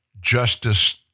justice